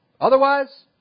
Otherwise